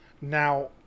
now